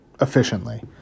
efficiently